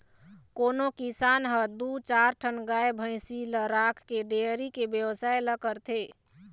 कोनो किसान ह दू चार ठन गाय भइसी ल राखके डेयरी के बेवसाय ल करथे